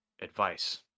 Advice